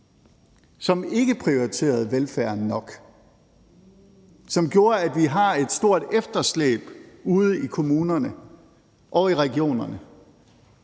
som ikke prioriterede velfærden nok, som gjorde, at vi har et stort efterslæb ude i kommunerne og i regionerne,